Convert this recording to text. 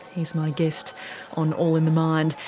he's my guest on all in the mind.